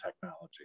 technology